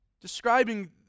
Describing